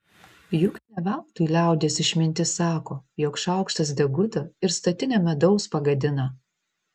juk ne veltui liaudies išmintis sako jog šaukštas deguto ir statinę medaus pagadina